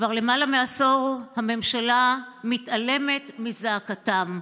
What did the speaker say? כבר למעלה מעשור הממשלה מתעלמת מזעקתם.